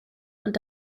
und